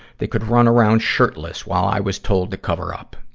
they could run around shirtless, while i was told to cover up.